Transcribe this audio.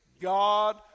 God